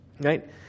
right